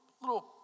little